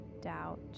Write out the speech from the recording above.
doubt